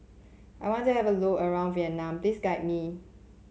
I want to have a look around Vienna please guide me